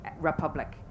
republic